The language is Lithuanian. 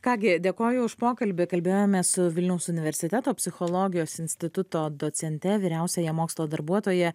ką gi dėkoju už pokalbį kalbėjomės su vilniaus universiteto psichologijos instituto docente vyriausiąja mokslo darbuotoja